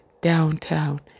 downtown